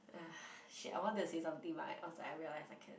ah shit I wanted to say something but I I was like realise I can't